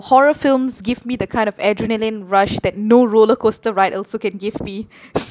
horror films give me the kind of adrenaline rush that no roller coaster ride also can give me